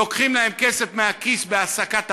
לוקחים להם כסף מהכיס בהסקת הבית,